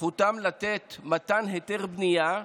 זכותם לתת היתר בנייה,